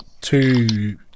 two